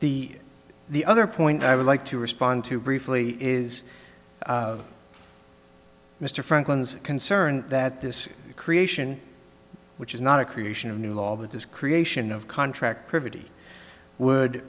the the other point i would like to respond to briefly is mr franklin's concern that this creation which is not a creation of new law that this creation of contract privity would